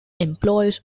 employees